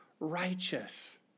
Righteous